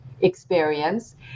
experience